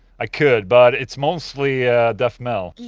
i could but it's mostly death metal,